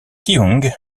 kyung